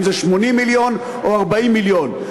אם זה 80 מיליון או 40 מיליון.